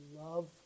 love